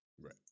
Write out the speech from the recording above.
Right